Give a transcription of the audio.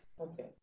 okay